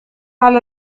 على